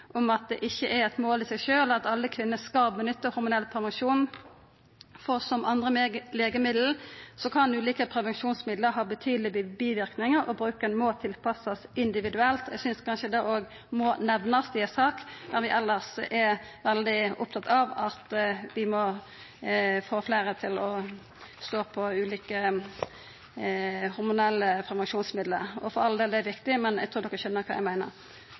om at det ikkje er eit mål i seg sjølv at alle kvinner skal nytta hormonell prevensjon. Som andre legemiddel kan ulike prevensjonsmiddel ha betydelege biverknader, og bruken må tilpassast individuelt. Eg synest kanskje det òg må nemnast i ei sak der vi elles er veldig opptatt av at vi må få fleire til å stå på ulike hormonelle prevensjonsmiddel. For all del, det er viktig, men eg trur de skjøner kva eg meiner.